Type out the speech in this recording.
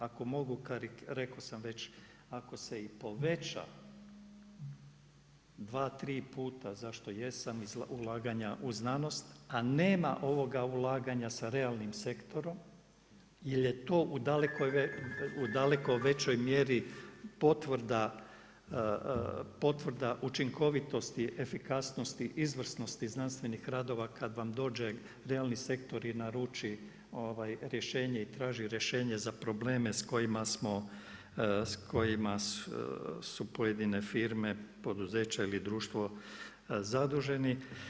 Ako mogu, rekao sam već ako se i poveća dva, tri puta zašto jesam ulaganja u znanost, a nema ovoga ulaganja sa realnim sektorom jer je to u daleko većoj mjeri potvrda učinkovitosti, efikasnosti, izvrsnosti znanstvenih radova kad vam dođe realni sektor i naruči rješenje i traži rješenje za probleme s kojima su pojedine firme, poduzeća ili društvo zaduženi.